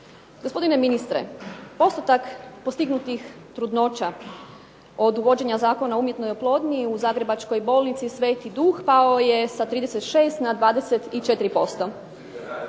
Gospodine ministre postotak postignutih trudnoća od uvođenja Zakona o umjetnoj oplodnji u zagrebačkoj bolnici "Sv. Duh" pao je sa 36 na 24%.